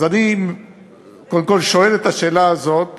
אז אני קודם כול שואל את השאלה הזאת,